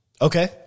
Okay